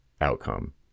outcome